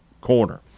Corner